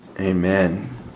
amen